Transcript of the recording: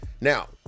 Now